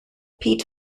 pete